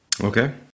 Okay